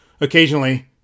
Occasionally